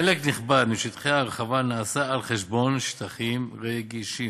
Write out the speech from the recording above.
חלק נכבד משטחי ההרחבה נעשה על חשבון שטחים רגישים,